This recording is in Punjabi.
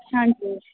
ਹਾਂਜੀ